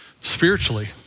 spiritually